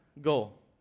goal